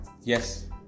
yes